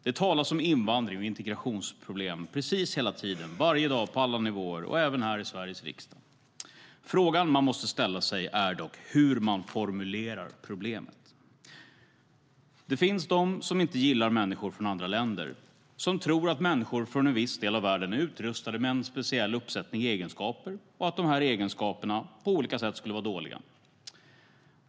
Det talas om invandring och integrationsproblem precis hela tiden, varje dag, på alla nivåer och även här i Sveriges riksdag. Frågan man måste ställa sig är dock hur man formulerar problemet. Det finns de som inte gillar människor från andra länder, som tror att människor från en viss del av världen är utrustade med en speciell uppsättning egenskaper och att dessa egenskaper på olika sätt skulle vara dåliga.